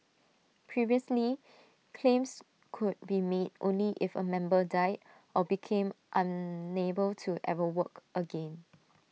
previously claims could be made only if A member died or became unable to ever work again